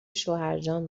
شوهرجان